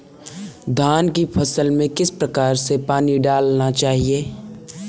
धान की फसल में किस प्रकार से पानी डालना चाहिए?